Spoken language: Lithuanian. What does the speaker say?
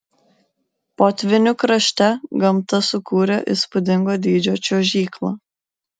potvynių krašte gamta sukūrė įspūdingo dydžio čiuožyklą